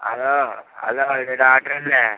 hello hello ഇത് doctor അല്ലേ